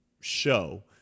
show